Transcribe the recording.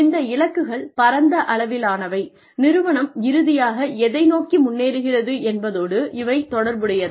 இந்த இலக்குகள் பரந்த அளவிலானவை நிறுவனம் இறுதியாக எதை நோக்கி முன்னேறுகிறது என்பதோடு இவை தொடர்புடையது